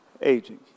aging